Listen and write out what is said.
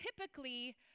typically